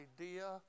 idea